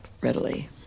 readily